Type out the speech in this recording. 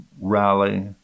rally